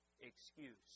excuse